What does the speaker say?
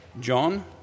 John